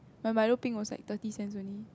my milo peng was like thirty cents only